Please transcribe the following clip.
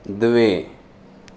द्वे